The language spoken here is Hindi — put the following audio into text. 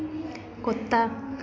कुत्ता